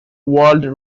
world